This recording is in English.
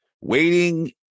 Waiting